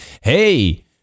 hey